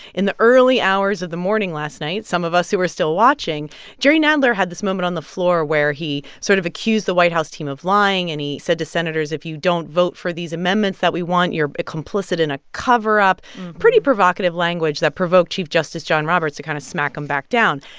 in the early hours of the morning last night some of us who were still watching jerry nadler had this moment on the floor, where he sort of accused the white house team of lying. and he said to senators, if you don't vote for these amendments that we want, you're complicit in a cover-up pretty provocative language that provoked chief justice john roberts to kind of smack him back down.